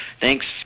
thanks